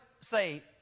say